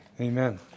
Amen